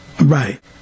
Right